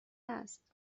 است